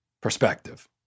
perspective